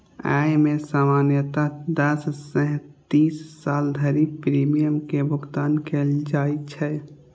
अय मे सामान्यतः दस सं तीस साल धरि प्रीमियम के भुगतान कैल जाइ छै